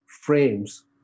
frames